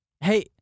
Hey